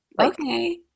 Okay